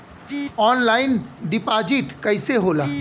Online deposit कैसे होला?